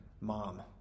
mom